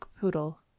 poodle